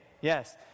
Yes